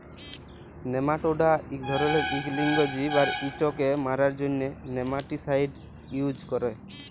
nematoda ইক ধরলের ইক লিঙ্গ জীব আর ইটকে মারার জ্যনহে নেমাটিসাইড ইউজ ক্যরে